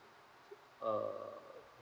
uh